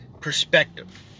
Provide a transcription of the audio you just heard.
perspective